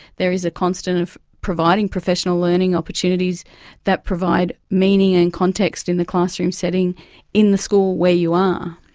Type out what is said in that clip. there is a constant of providing professional learning opportunities that provide meaning and context in the classroom setting in the school where you are.